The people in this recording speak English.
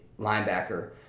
linebacker